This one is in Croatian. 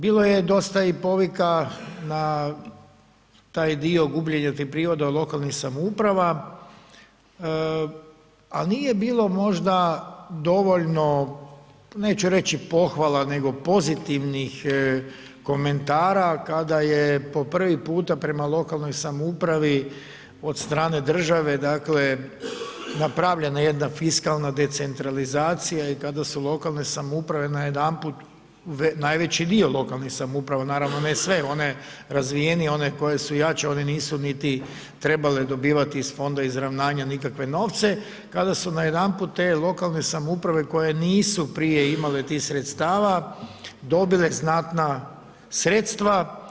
Bilo je dosta i povika na taj dio gubljenja tih prihoda od lokalnih samouprava ali nije bilo možda dovoljno neću reći pohvala nego pozitivnih komentara kada je po prvi puta prema lokalnoj samoupravi od strane države dakle napravljena jedna fiskalna decentralizacija i kada su lokalne samouprave najedanput, najveći dio lokalnih samouprava, naravno ne sve, one razvijenije, one koje su jače, one nisu niti trebale dobivati iz Fonda izravnanja nikakve novce kada su najedanput te lokalne samouprave koje nisu prije imale tih sredstava dobile znatna sredstva.